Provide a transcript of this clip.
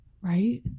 right